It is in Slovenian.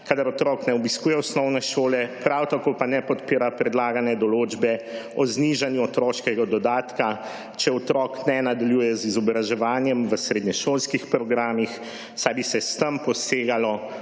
kadar otrok ne obiskuje osnovne šole, prav tako pa ne podpira predlagane določbe o znižanju otroškega dodatka, če otrok ne nadaljuje z izobraževanjem v srednješolskih programih, saj bi se s tem posegalo